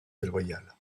déloyale